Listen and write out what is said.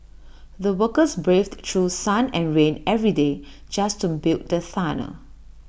the workers braved through sun and rain every day just to build the tunnel